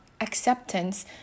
acceptance